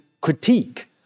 critique